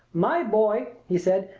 my boy, he said,